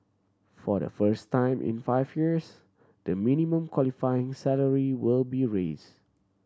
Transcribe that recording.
for the first time in five years the minimum qualifying salary will be raise